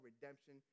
redemption